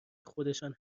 خودشان